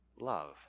love